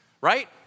right